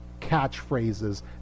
catchphrases